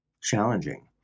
challenging